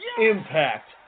Impact